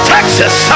Texas